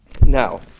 Now